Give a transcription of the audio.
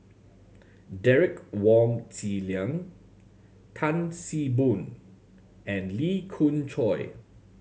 Derek Wong Zi Liang Tan See Boo and Lee Khoon Choy